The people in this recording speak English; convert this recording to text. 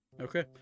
Okay